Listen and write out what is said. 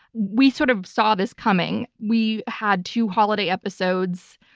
we sort of saw this coming. we had two holiday episodes,